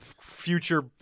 future